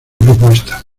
propuesta